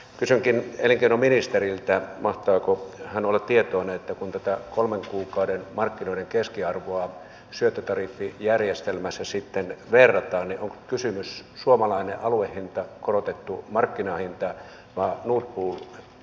kysynkin elinkeinoministeriltä mahtaako hän olla tietoinen että kun tätä kolmen kuukauden markkinoiden keskiarvoa syöttötariffijärjestelmässä sitten verrataan niin onko kysymys suomalaisesta aluehinnasta korotetusta markkinahinnasta vai nord pool aluehinnasta